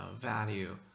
value